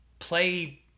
play